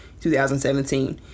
2017